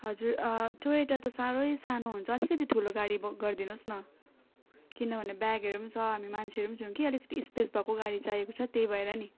हजुर टोयोटा त साह्रै सानो हुन्छ अलिकति ठुलो गाडी ब गरिदिनु होस् न किनभने ब्यागहरू पनि छ हामी मान्छेहरू पनि छौँ के अलिकति स्पेस भएको गाडी चाहिएको त्यही भएर नि